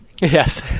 Yes